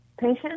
patient